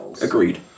Agreed